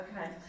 Okay